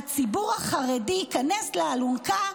הציבור החרדי ייכנס לאלונקה,